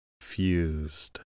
Fused